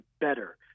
better